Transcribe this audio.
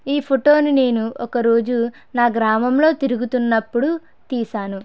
ఈ ఫోటోని నేను ఒక రోజు నా గ్రామంలో తిరుగుతున్నప్పుడు తీశాను